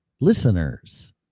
listeners